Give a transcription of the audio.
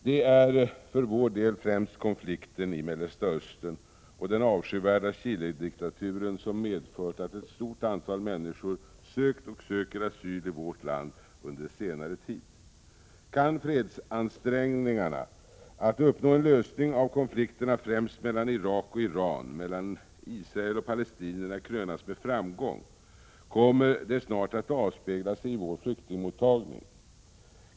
Det är för vår del främst konflikten i Mellersta Östern och den avskyvärda Chilediktaturen som har medfört att ett stort antal människor sökt och söker asyl i vårt land under senare tid. Kan fredsansträngningarna för att uppnå en lösning av konflikterna främst mellan Irak och Iran och mellan Israel och palestinierna krönas med framgång, kommer detta snart att avspegla sig i vår flyktingmottagning.